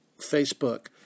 Facebook